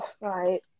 right